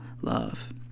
love